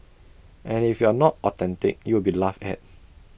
and if you are not authentic you will be laughed at